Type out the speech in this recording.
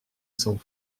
sans